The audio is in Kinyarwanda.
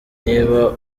niba